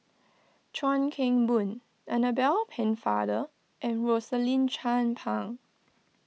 Chuan Keng Boon Annabel Pennefather and Rosaline Chan Pang